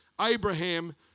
Abraham